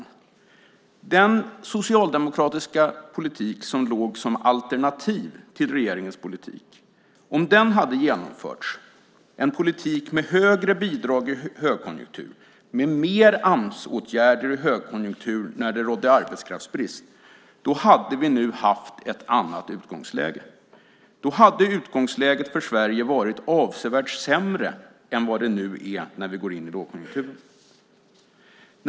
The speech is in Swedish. Om den socialdemokratiska politik som var alternativet till regeringens politik hade genomförts, en politik med högre bidrag i högkonjunktur, med mer Amsåtgärder i högkonjunktur när det rådde arbetskraftsbrist, hade vi nu haft ett annat utgångsläge. Då hade utgångsläget för Sverige varit avsevärt sämre än det nu är när vi går in i lågkonjunkturen.